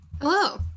Hello